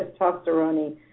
testosterone